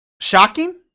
Shocking